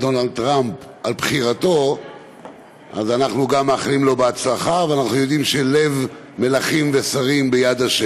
התשע"ו 2016, של חברי הכנסת יעקב